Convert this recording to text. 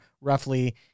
roughly